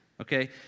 Okay